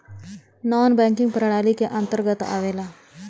नानॅ banking प्रणाली के अंतर्गत आवेला